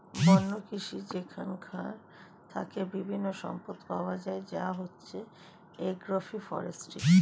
বন্য কৃষি যেইখান থেকে বিভিন্ন সম্পদ পাওয়া যায় যা হচ্ছে এগ্রো ফরেষ্ট্রী